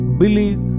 believe